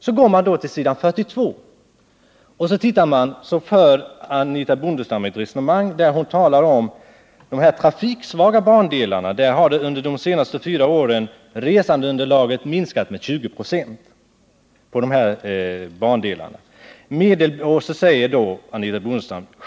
Så går man till s. 42 i betänkandet, där det redovisas att Anitha Bondestam i propositionen för ett resonemang där hon talar om att resandeunderlaget på de trafiksvaga bandelarna under de senaste fyra åren minskat med 20 926.